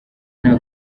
nta